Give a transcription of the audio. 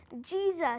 Jesus